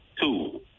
two